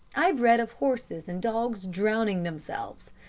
i've read of horses and dogs drowning themselves.